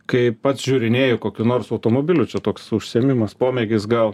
kai pats žiūrinėju kokių nors automobilių čia toks užsiėmimas pomėgis gal